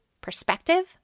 perspective